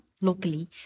locally